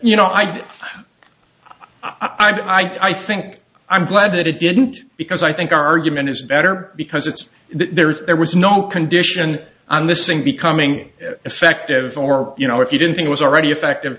you know i don't i think i'm glad that it didn't because i think our argument is better because it's there it's there was no condition on this ng becoming effective or you know if you didn't think was already effective